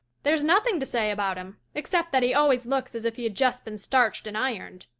there's nothing to say about him except that he always looks as if he had just been starched and ironed.